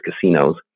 casinos